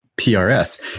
PRS